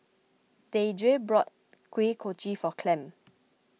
Deidre bought Kuih Kochi for Clem